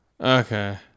Okay